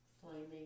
flaming